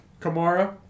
Kamara